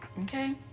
okay